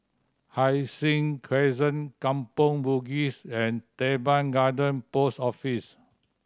Hai Sing Crescent Kampong Bugis and Teban Garden Post Office